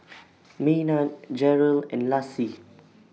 Maynard Jerel and Lassie